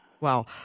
Wow